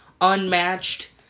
unmatched